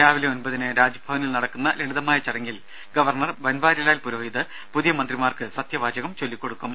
രാവിലെ ഒൻപതിന് രാജ്ഭവനിൽ നടക്കുന്ന ലളിതമായ ചടങ്ങിൽ ഗവർണർ ബൻവാരിലാൽ പുരോഹിത് പുതിയ മന്ത്രിമാർക്ക് സത്യവാചകം ചൊല്ലിക്കൊടുക്കും